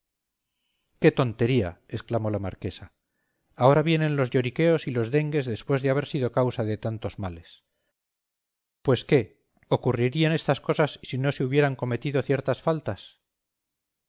qué tontería exclamó la marquesa ahora vienen los lloriqueos y los dengues después de haber sido causa de tantos males pues qué ocurrirían estas cosas si no se hubieran cometido ciertas faltas